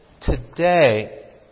today